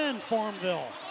Farmville